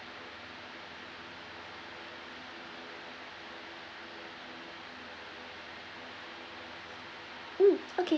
mm okay